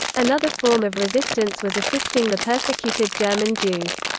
another form of resistance was assisting the persecuted german jews.